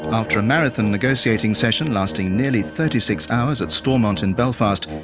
after a marathon negotiating session lasting nearly thirty six hours at stormont in belfast,